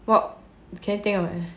what can you think of